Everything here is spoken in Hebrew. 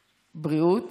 בריאות.